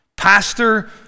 Pastor